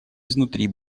изнутри